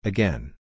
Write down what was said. Again